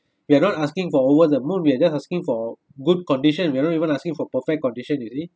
we're not asking for over the moon we're just asking for good condition we are not even asking for perfect condition you see